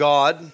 God